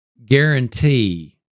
guarantee